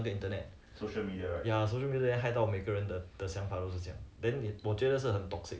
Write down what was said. ya I don't know eh like I don't know 不是是不是因为有那个:bu shi shi bu shi yin wei youna ge internet